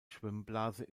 schwimmblase